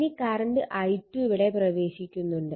ഇനി current i2 ഇവിടെ പ്രവേശിക്കുന്നുണ്ട്